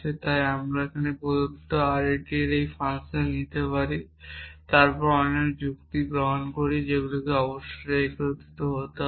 তাই আমরা প্রদত্ত অ্যারিটির একটি ফাংশন চিহ্ন নিতে পারি তারপর সেই অনেক চুক্তি গ্রহণ করি যেগুলিকে অবশ্যই একত্রিত করতে হবে